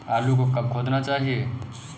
आलू को कब खोदना चाहिए?